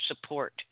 support